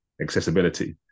accessibility